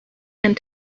and